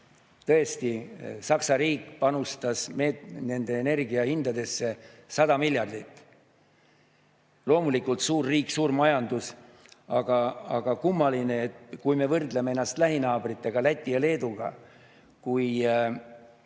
Tõesti, Saksa riik panustas energiahindadesse 100 miljardit. Loomulikult, suur riik, suur majandus. Aga kummaline, et kui me võrdleme ennast lähinaabritega, Läti ja Leeduga, siis